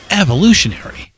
evolutionary